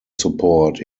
support